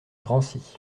drancy